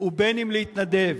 ואם להתנדב,